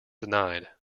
denied